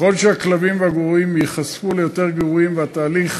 ככל שהכלבים והגורים ייחשפו ליותר גירויים והתהליך